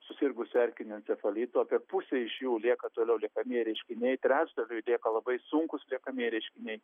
susirgusių erkiniu encefalitu apie pusei iš jų lieka toliau liekamieji reiškiniai trečdaliui lieka labai sunkūs liekamieji reiškiniai